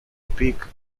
peak